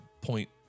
point